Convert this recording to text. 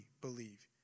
believe